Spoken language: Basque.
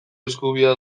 eskubidea